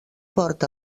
port